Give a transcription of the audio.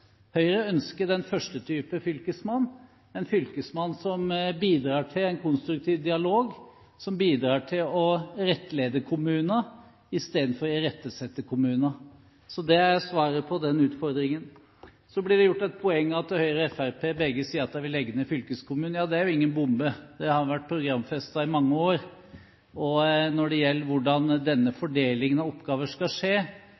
Høyre ønsker å ha den første typen fylkesmann – en fylkesmann som bidrar til en konstruktiv dialog, og som bidrar til å rettlede kommuner i stedet for å irettesette kommuner. Det er svaret på den utfordringen. Så blir det gjort et poeng av at Høyre og Fremskrittspartiet sier at vi vil legge ned fylkeskommunen. Det er ingen bombe – det har vært programfestet i mange år. Når det gjelder hvordan fordelingen av oppgaver skal skje,